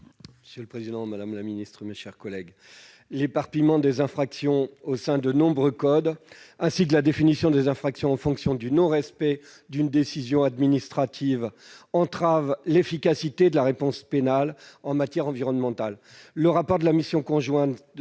ainsi libellé : La parole est à M. Joël Labbé. L'éparpillement des infractions au sein de nombreux codes et la définition des infractions en fonction du non-respect d'une décision administrative entravent l'efficacité de la réponse pénale en matière environnementale.